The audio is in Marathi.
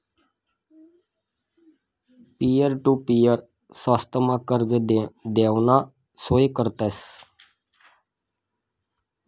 पिअर टु पीअर स्वस्तमा कर्ज देवाना सोय करतस